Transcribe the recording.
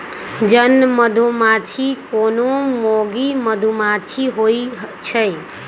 जन मधूमाछि कोनो मौगि मधुमाछि होइ छइ